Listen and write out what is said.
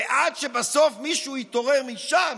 עד שבסוף מישהו יתעורר משם